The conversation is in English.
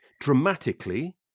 dramatically